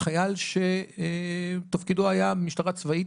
חייל שתפקידו היה במשטרה צבאית,